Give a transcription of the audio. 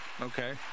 Okay